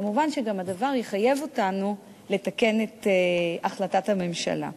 כמובן, הדבר גם יחייב אותנו לתקן את החלטת הממשלה.